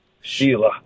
Sheila